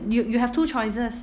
you you have two choices